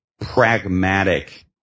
pragmatic